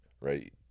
right